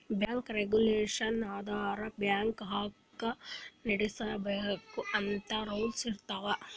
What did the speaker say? bank regulation ಅಂದುರ್ bank ಹ್ಯಾಂಗ್ ನಡುಸ್ಬೇಕ್ ಅಂತ್ ರೂಲ್ಸ್ ಇರ್ತಾವ್